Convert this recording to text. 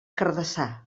cardassar